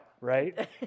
Right